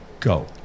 Go